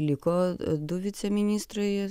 liko du viceministrai